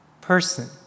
person